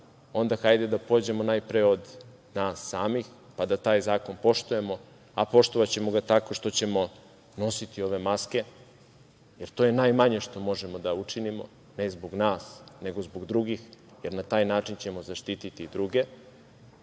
onda hajde da pođemo najpre od nas samih pa da taj zakon poštujemo, a poštovaćemo ga tako što ćemo nositi ove maske jer to je najmanje što možemo da učinimo, ne zbog nas, nego zbog drugih jer na taj način ćemo zaštiti i druge. Dakle,